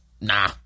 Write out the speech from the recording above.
nah